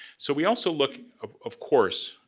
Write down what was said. so we also look, of of course,